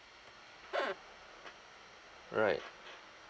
right